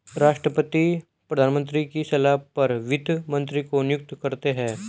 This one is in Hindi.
राष्ट्रपति प्रधानमंत्री की सलाह पर वित्त मंत्री को नियुक्त करते है